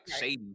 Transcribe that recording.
shady